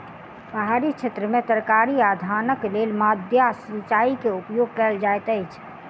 पहाड़ी क्षेत्र में तरकारी आ धानक लेल माद्दा सिचाई के उपयोग कयल जाइत अछि